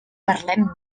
parlem